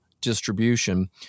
distribution